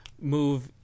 move